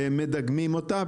דוגמים אותה,